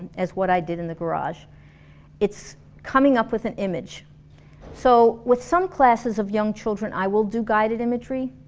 as what i did in the garage it's coming up with an image so with some classes of young children, i will do guided imagery,